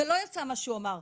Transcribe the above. ולא יצא מה שהוא אמר.